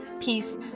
peace